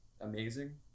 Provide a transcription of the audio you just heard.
amazing